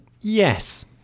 yes